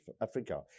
Africa